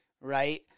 right